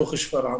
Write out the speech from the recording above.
בשפרעם.